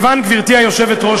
גברתי היושבת-ראש,